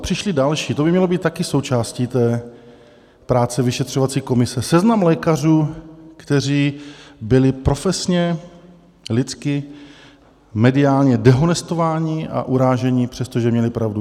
Přišli další to by mělo být také součástí práce vyšetřovací komise, seznam lékařů, kteří byli profesně, lidsky, mediálně, dehonestováni a uráženi, přestože měli pravdu.